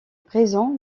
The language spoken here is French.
présent